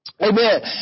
Amen